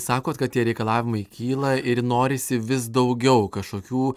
sakot kad tie reikalavimai kyla ir norisi vis daugiau kažkokių